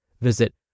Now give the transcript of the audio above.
Visit